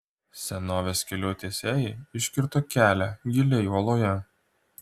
senovės kelių tiesėjai iškirto kelią giliai uoloje